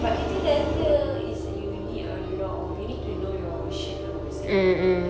but creative director is you need a lot of you need to know your shit lah basically